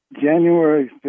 January